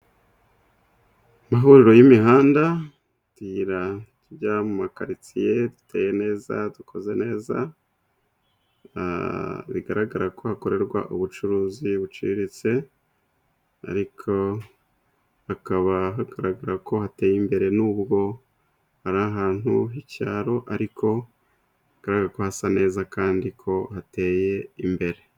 Amahuriro y'imihanda utuyira tujya mu makaritsiye, duteye neza, dukoze neza, bigaragara ko hakorerwa ubucuruzi buciriritse, ariko hakaba hagaragara ko hateye imbere, n'ubwo ari ahantu h'icyaro, ariko bigaragara ko hasa neza kandi ko hateye imbere.